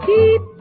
Keep